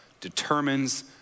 determines